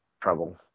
trouble